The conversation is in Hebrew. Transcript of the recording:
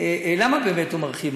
למה באמת הוא מרחיב?